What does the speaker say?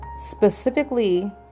specifically